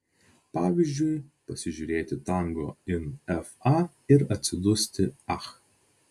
pavyzdžiui pasižiūrėti tango in fa ir atsidusti ach